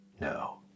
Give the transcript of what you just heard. no